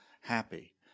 happy